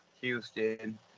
houston